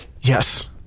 Yes